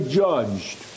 judged